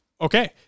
Okay